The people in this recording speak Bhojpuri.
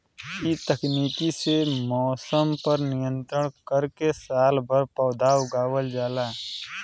इ तकनीक से मौसम पर नियंत्रण करके सालभर पौधा उगावल जाला